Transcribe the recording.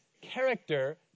character